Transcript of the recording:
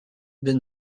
been